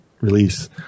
release